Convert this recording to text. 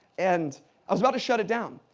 and i was about to shut it down,